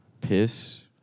piss